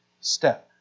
step